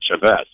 Chavez